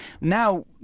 now